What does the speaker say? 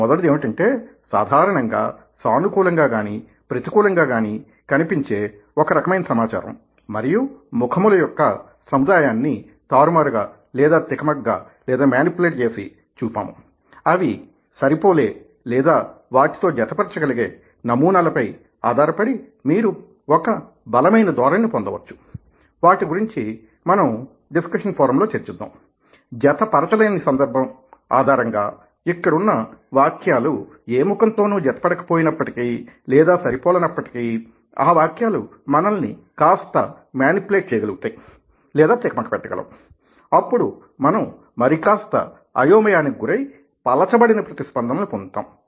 మొదటిది ఏమిటంటే సాధారణంగా సానుకూలంగా గాని ప్రతికూలంగా గాని కనిపించే ఒక రకమైన సమాచారం మరియు ముఖముల యొక్క సముదాయాన్ని తారుమారుగా లేదా తికమకగా చూపాముఅవి సరిపోలే లేదా వాటితో జతపరచగలిగే నమూనాలపై ఆధారపడి మీరు ఒక బలమైన ధోరణిని పొందవచ్చు వాటి గురించి మనం డిస్కషన్ ఫోరమ్ లో చర్చిద్దాం జత పరచలేని సందర్భం ఆధారంగా ఇక్కడున్న వాక్యాలు ఏ ముఖంతో నూ జత పడక పోయినప్పటికీ లేదా సరిపోలనప్పటికీ ఆ వాక్యాలు మనల్ని కాస్త మేనిప్లేట్ చేయగలుగుతాయి లేదా తిక మక పెట్టగలవు అప్పుడు మనం మరికాస్త అయోమయానికి గురై పలచబడిన ప్రతిస్పందనలను పొందుతాము